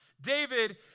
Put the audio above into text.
David